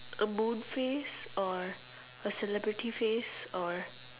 a moon face or a celebrity face or